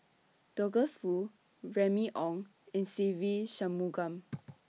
Douglas Foo Remy Ong and Se Ve Shanmugam